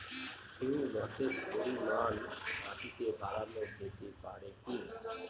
হিউমাসের পরিমান মাটিতে বারানো যেতে পারে কি?